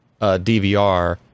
DVR